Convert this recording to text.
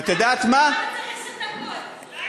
רק בעשר דקות.